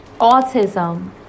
autism